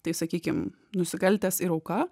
tai sakykim nusikaltęs ir auka